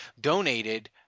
donated